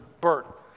Bert